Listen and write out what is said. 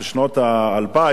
בשנות האלפיים,